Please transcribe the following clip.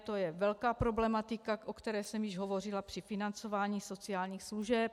To je velká problematika, o které jsem již hovořila při financování sociálních služeb.